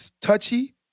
touchy